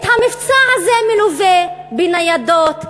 המבצע הזה מלווה בניידות,